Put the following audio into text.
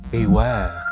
Beware